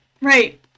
right